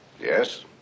Yes